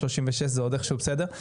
36 זה עוד איכשהו בסדר,